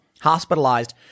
hospitalized